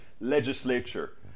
legislature